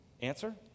Answer